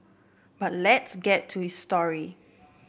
but let's get to his story